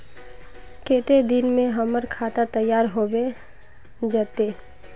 केते दिन में हमर खाता तैयार होबे जते?